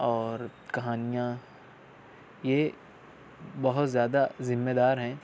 اور کہانیاں یہ بہت زیادہ ذمہ دار ہیں